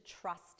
trust